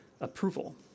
approval